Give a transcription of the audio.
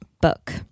book